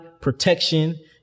protection